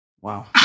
Wow